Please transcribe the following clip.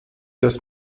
das